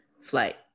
flight